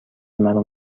مرا